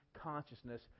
consciousness